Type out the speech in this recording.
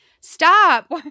Stop